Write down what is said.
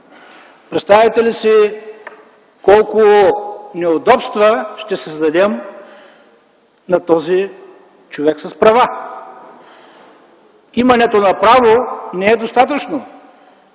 Представяте ли си колко неудобства ще създадем на този човек с права? Имането на право не е достатъчно.